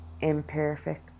imperfect